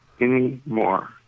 anymore